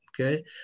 Okay